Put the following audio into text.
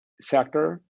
sector